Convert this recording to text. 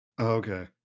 okay